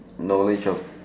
knowledge of